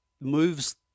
moves